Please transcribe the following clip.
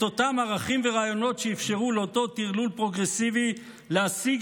את אותם ערכים ורעיונות שאפשרו לאותו טרלול פרוגרסיבי להסיג